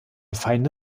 feine